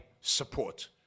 support